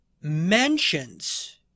mentions